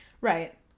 Right